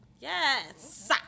Yes